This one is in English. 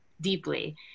deeply